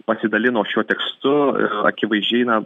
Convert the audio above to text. pasidalino šiuo tekstu akivaizdžiai na